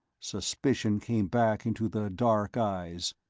suspicion came back into the dark eyes.